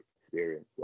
experience